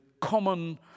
common